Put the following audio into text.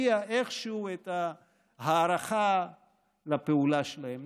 רוצים להביע איכשהו את ההערכה לפעולה שלהם.